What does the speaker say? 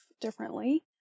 differently